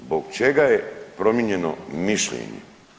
Zbog čega je promijenjeno mišljenje?